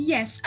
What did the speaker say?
Yes